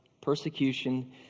persecution